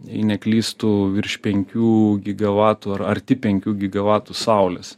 jei neklystu virš penkių gigavatų ar arti penkių gigavatų saulės